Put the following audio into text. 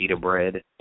bread